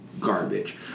Garbage